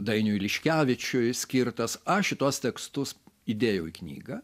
dainiui liškevičiui skirtas aš šituos tekstus įdėjau į knygą